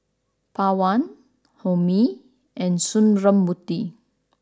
Pawan Homi and Sundramoorthy